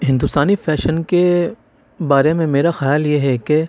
ہندوستانی فیشن کے بارے میں میرا خیال یہ ہے کہ